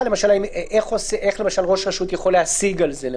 למשל איך ראש רשות יכול להשיג על זה.